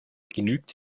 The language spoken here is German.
genügt